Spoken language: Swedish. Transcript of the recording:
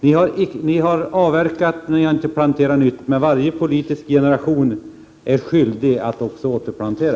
Ni har avverkat men inte planterat nytt. Varje politisk generation är emellertid skyldig att också återplantera.